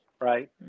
right